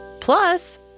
Plus